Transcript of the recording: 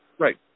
Right